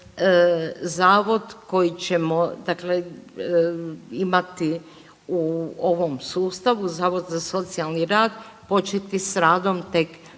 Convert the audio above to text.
zavod koji ćemo, dakle imati u ovom sustavu zavod za socijalni rad početi s radom tek